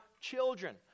children